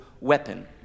weapon